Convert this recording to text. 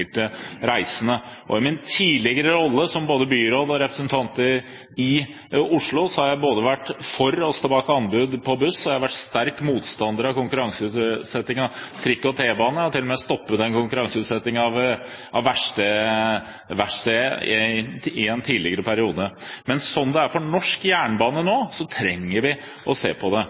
reisende. I min tidligere rolle som både byråd og representant i Oslo bystyre har jeg både vært for og stått bak anbud på buss, og jeg har vært sterk motstander av konkurranseutsetting av trikk og t-bane – jeg har til og med stoppet en konkurranseutsetting av verksteder i en tidligere periode. Men slik som det er for norsk jernbane nå, trenger vi å se på det.